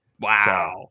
Wow